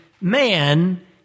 man